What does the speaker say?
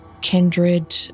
kindred